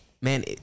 man